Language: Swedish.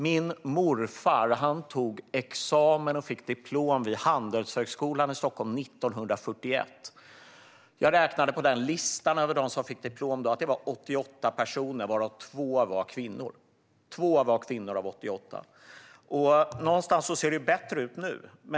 Min morfar tog examen och fick diplom vid Handelshögskolan i Stockholm 1941. Jag räknade på listan över dem som fick diplom då att det var 88 personer, varav 2 var kvinnor - 2 av 88. Någonstans ser det bättre ut nu.